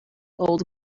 old